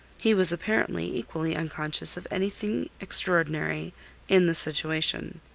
he was apparently equally unconscious of anything extraordinary in the situation.